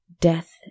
Death